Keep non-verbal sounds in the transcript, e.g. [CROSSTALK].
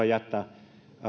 [UNINTELLIGIBLE] jättää